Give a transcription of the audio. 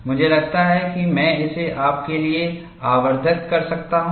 मुझे लगता है कि मैं इसे आपके लिए आवर्धक कर सकता हूं